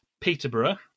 Peterborough